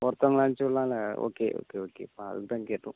ஒருத்தங்கள அனுப்ச்சிவிடலாம்ல okay okay ஓகேப்பா அதுக்கு தான் கேட்டோம்